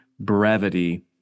Brevity